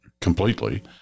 completely